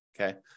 okay